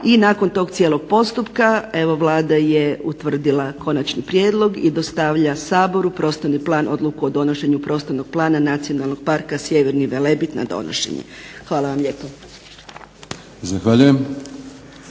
I nakon tog cijelog postupka evo Vlada je utvrdila konačni prijedlog i dostavlja Saboru prostorni plan, Odluku o donošenju Prostornog plana Nacionalnog parka Sjeverni Velebit na donošenje. Hvala vam lijepa. **Batinić,